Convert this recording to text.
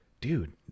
dude